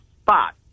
spot